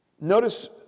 Notice